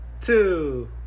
two